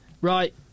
right